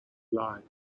live